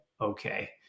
okay